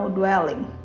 dwelling